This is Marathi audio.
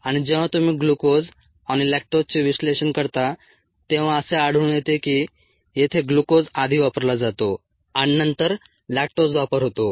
आणि जेव्हा तुम्ही ग्लुकोज आणि लॅक्टोजचे विश्लेषण करता तेव्हा असे आढळून येते की येथे ग्लुकोज आधी वापरला जातो आणि नंतर लॅक्टोज वापर होतो